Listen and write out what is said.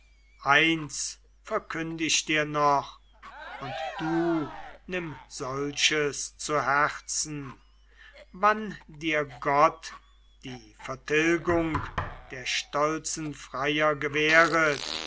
eins verkünd ich dir noch und du nimm solches zu herzen wann dir gott die vertilgung der stolzen freier gewähret